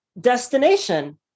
destination